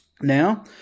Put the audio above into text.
now